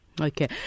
Okay